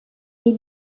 est